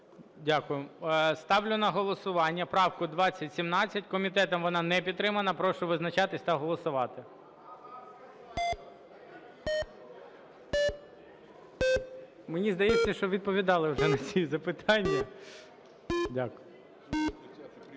Дякую. Ставлю на голосування правку 2017. Комітетом вона не підтримана. Прошу визначатись та голосувати. Мені здається, що відповідали вже на ці запитання. Дякую.